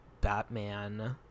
Batman